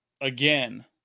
again